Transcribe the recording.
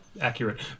accurate